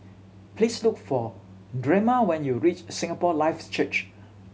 please look for Drema when you reach Singapore Life Church